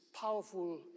powerful